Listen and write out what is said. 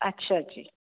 ਅੱਛਾ ਜੀ